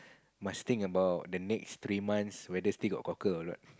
must think about the next three months whether still got cockles or not